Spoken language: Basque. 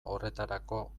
horretarako